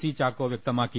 C Chacko വ്യക്തമാക്കി